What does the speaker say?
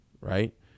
right